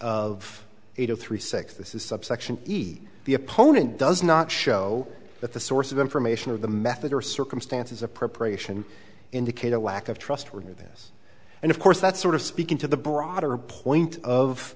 of eight zero three six this is subsection eat the opponent does not show that the source of information of the method or circumstances of preparation indicate a lack of trustworthiness and of course that sort of speaking to the broader point of